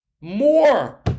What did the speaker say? more